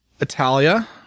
Italia